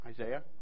Isaiah